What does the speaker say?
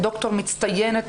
דוקטור מצטיינת,